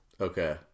Okay